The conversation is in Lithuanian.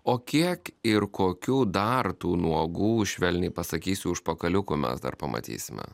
o kiek ir kokių dar tų nuogų švelniai pasakysiu užpakaliukų mes dar pamatysime